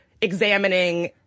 examining